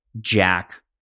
Jack